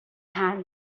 hand